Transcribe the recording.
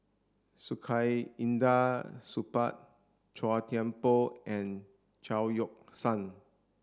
Saktiandi Supaat Chua Thian Poh and Chao Yoke San